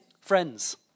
Friends